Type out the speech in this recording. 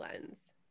lens